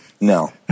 No